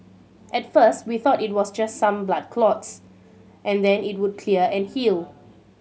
at first we thought it was just some blood clots and then it would clear and heal